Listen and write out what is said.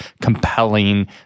compelling